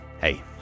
hey